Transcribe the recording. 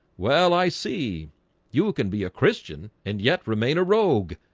well i see you can be a christian and yet remain a rogue